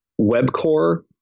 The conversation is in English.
WebCore